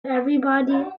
everybody